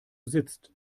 sitzt